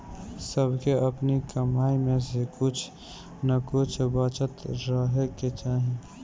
सबके अपनी कमाई में से कुछ नअ कुछ बचत करे के चाही